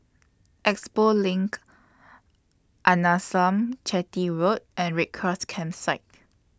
Expo LINK Arnasalam Chetty Road and Red Cross Campsite